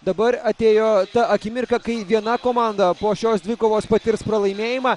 dabar atėjo ta akimirka kai viena komanda po šios dvikovos patirs pralaimėjimą